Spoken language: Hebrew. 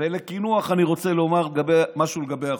ולקינוח, אני רוצה לומר משהו לגבי החוק: